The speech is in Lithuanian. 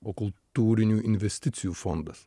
o kultūrinių investicijų fondas